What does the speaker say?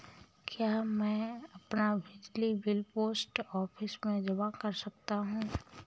क्या मैं अपना बिजली बिल पोस्ट ऑफिस में जमा कर सकता हूँ?